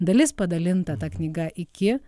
dalis padalinta knyga iki